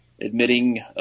admitting